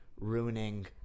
ruining